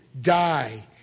die